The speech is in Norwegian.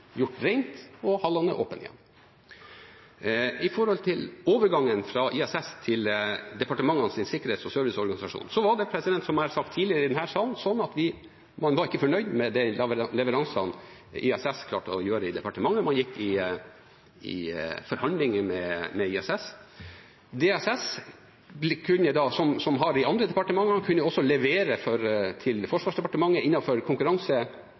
gjort rent, og hallene er åpne igjen. Når det gjelder overgangen fra ISS til Departementenes sikkerhets- og serviceorganisasjon, var det, som jeg har sagt tidligere i denne salen, sånn at man ikke var fornøyd med leveransene fra ISS i departementet. Man gikk i forhandlinger med ISS. Departementenes sikkerhets- og serviceorganisasjon, som har de andre departementene, kunne også levere til